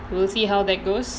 we'll see how that goes